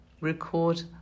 record